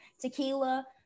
tequila